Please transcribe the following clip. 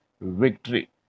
victory